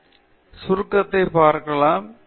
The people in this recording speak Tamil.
எனவே சுருக்கத்தை பார்க்கலாம்